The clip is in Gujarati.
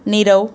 નીરવ